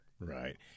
Right